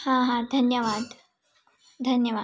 हां हां धन्यवाद धन्यवाद